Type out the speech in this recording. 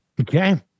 Okay